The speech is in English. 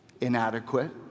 inadequate